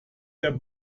der